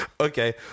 Okay